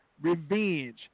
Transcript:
revenge